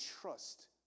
trust